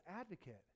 advocate